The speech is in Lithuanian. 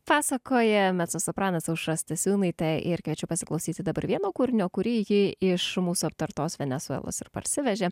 pasakoja mecosopranas aušra stasiūnaitė ir kviečiu pasiklausyti dabar vieno kūrinio kurį ji iš mūsų aptartos venesuelos ir parsivežė